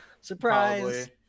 surprise